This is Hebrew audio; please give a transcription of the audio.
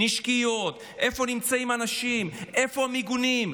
נשקיות, איפה נמצאים אנשים, איפה המיגונים.